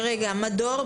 מדור,